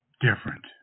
different